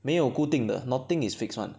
没有固定的 nothing is fixed [one]